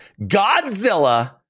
Godzilla